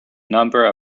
number